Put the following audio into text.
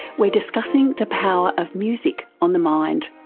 we're discussing the power of music on the mind.